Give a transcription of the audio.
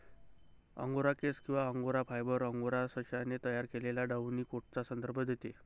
angora केस किंवा angora fibre, angora सशाने तयार केलेल्या डाउनी कोटचा संदर्भ देते